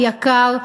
יקר,